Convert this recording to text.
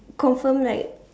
confirm like